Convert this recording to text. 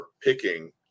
picking